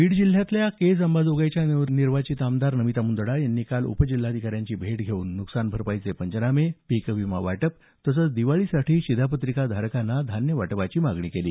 बीड जिल्ह्यातल्या केज अंबाजोगाईच्या नवनिर्वाचित आमदार नमिता मुंदडा यांनी काल उपजिल्हाधिकाऱ्यांची भेट घेऊन नुकसान भरपाईचे पंचनामे पीक विमा वाटप तसंच दिवाळीसाठी शिधापत्रिका धारकांना धान्यवाटपाची मागणी केली